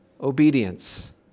obedience